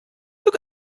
look